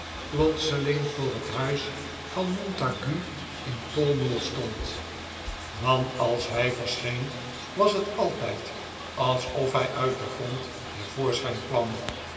plotseling voor het huis van montague in pall mall stond want als hij verscheen was het altijd alsof hij uit den grond te voorschijn kwam